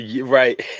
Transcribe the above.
right